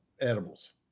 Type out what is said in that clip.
edibles